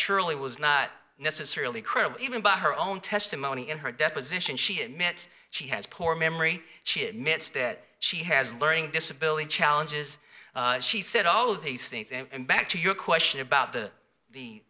surely was not necessarily credible even by her own testimony in her deposition she admits she has poor memory she admits that she has a learning disability challenges and she said all of these things and back to your question about the